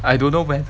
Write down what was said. I don't know when